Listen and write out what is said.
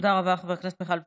תודה רבה, חברת הכנסת מיכל וונש.